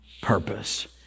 purpose